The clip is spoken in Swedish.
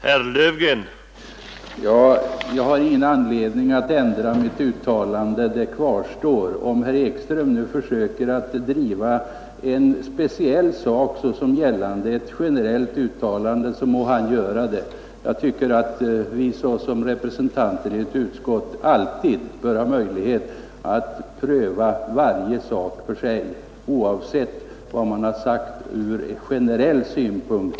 Herr talman! Jag har ingen anledning att ändra mitt uttalande, utan det kvarstår. Om herr Ekström försöker att driva en speciell fråga med utgångspunkt i ett generellt uttalande så må han göra det. Jag tycker att vi som representanter i ett utskott alltid bör ha möjlighet att pröva varje sak för sig, oavsett vad som har sagts rent generellt.